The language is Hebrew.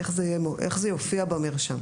זה לא יופיע בכלל?